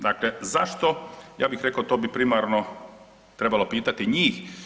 Dakle, zašto ja bih rekao to bi primarno trebalo pitati njih.